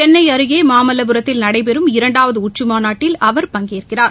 சென்னை அருகே மாமல்வபுரத்தில் நடைபெறும் இரண்டாவது உச்சிமாநாட்டில் அவர் பங்கேற்கிறார்